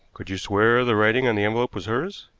could you swear the writing on the envelope was hers?